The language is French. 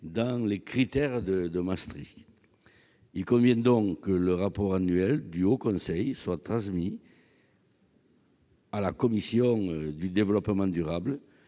dans les critères de Maastricht. Il convient que le rapport annuel du Haut Conseil pour le climat soit transmis à la commission du développement durable,